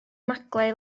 maglau